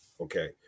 Okay